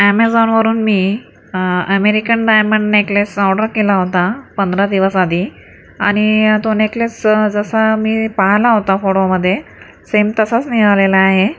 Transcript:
Amazon वरून मी American diamond necklace order केला होता पंदरा दिवस आधी आनी तो नेकलेस जसा मी पाहाला होता फोटोमधे सेम तसाच मिळालेला आहे